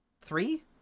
three